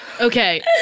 Okay